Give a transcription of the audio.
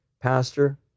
pastor